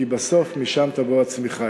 כי בסוף משם תבוא הצמיחה,